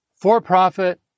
for-profit